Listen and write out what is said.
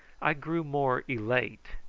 i grew more elate.